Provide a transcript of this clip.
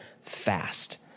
fast